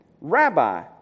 Rabbi